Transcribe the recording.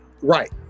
Right